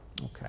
Okay